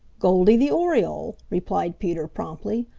goldy the oriole, replied peter promptly.